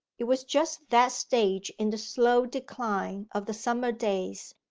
it was just that stage in the slow decline of the summer days,